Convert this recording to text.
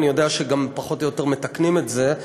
אני יודע שגם פחות או יותר מתקנים את זה.